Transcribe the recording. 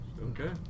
Okay